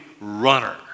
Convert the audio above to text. runner